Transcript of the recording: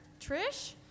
Trish